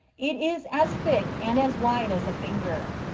it is as thick and as wide as a finger.